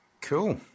Cool